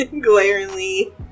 glaringly